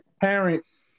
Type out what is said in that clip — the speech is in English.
parents